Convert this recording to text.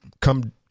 come